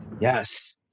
Yes